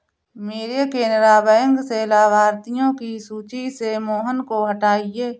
मेरे केनरा बैंक से लाभार्थियों की सूची से मोहन को हटाइए